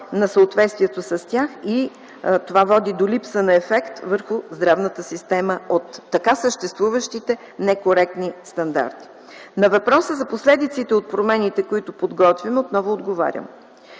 на съответствието с тях и това води до липса на ефект върху здравната система от така съществуващите некоректни стандарти. На въпроса за последиците от промените, които подготвяме, отново отговарям: